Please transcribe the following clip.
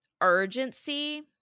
urgency